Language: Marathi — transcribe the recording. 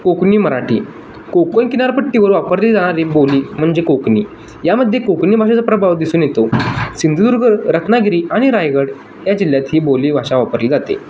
कोकणी मराठी कोकण किनारपट्टीवर वापरली जाणारी बोली म्हणजे कोकणी यामध्ये कोकणी भाषेचा प्रभाव दिसून येतो सिंधुदुर्ग रत्नागिरी आणि रायगड या जिल्ह्यात ही बोली भाषा वापरली जाते